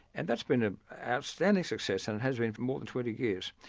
and that's been an outstanding success, and has been for more than twenty years.